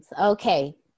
okay